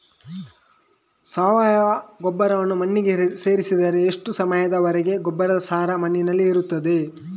ಸಾವಯವ ಗೊಬ್ಬರವನ್ನು ಮಣ್ಣಿಗೆ ಸೇರಿಸಿದರೆ ಎಷ್ಟು ಸಮಯದ ವರೆಗೆ ಗೊಬ್ಬರದ ಸಾರ ಮಣ್ಣಿನಲ್ಲಿ ಇರುತ್ತದೆ?